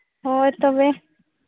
ᱦᱳᱭ ᱛᱚᱵᱮ